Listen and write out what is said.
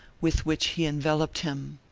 with which he enveloped him.